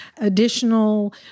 additional